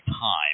time